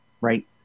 Right